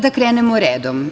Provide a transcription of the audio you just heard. Da krenemo redom.